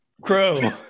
Crow